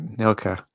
Okay